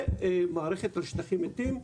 ומערכת על שטחים מתים.